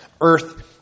earth